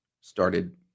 started